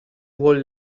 vuol